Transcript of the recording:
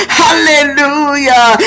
hallelujah